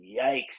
Yikes